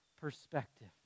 perspective